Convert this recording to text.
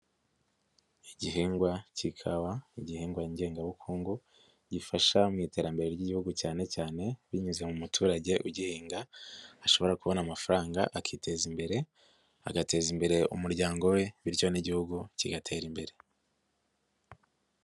Igihingwa k'ikawa ni igihingwa ngengabukungu gifasha mu iterambere ry'Igihugu cyane cyane binyuze mu muturage ugihinga ashobora kubona amafaranga akiteza imbere, agateza imbere umuryango we bityo n'Igihugu kigatera imbere.